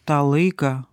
tą laiką